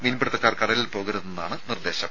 മീൻപിടുത്തക്കാർ കടലിൽ പോകരുതെന്നാണ് നിർദ്ദേശം